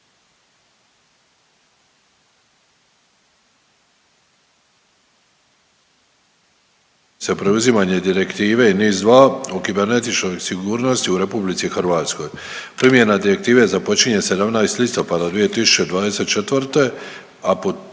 preuzimanje Direktive NIS-2 u kibernetičkoj sigurnosti u RH. Primjena direktive započinje 17. listopada 2024.,